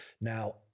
Now